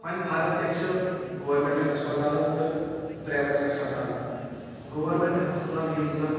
وۄںۍ فرق کیٛاہ چھِ گورمینٹ ہسپَتالَن تہٕ پرٛیویٹ ہسپَتالَن گورمینٹ ہَسپَتال یِم زن